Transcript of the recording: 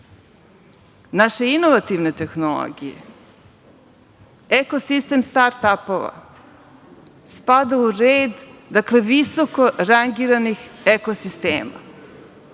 tome. Naše inovativne tehnologije, ekosistem start-apova spada u red visoko rangiranih ekosistema.